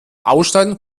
ausschneiden